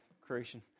creation